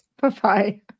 Bye-bye